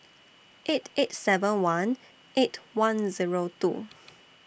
eight eight seven one eight one Zero two